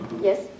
Yes